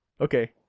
Okay